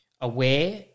aware